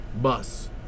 Bus